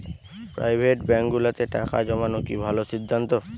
Private ব্যাংকগুলোতে টাকা জমানো কি ভালো সিদ্ধান্ত?